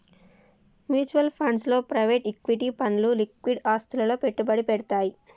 mutual funds లో private equity ఫండ్లు liquid ఆస్తులలో పెట్టుబడి పెడ్తయ్